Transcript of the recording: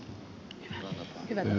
arvoisa puhemies